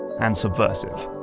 and subversive.